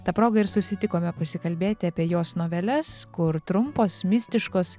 ta proga ir susitikome pasikalbėti apie jos noveles kur trumpos mistiškos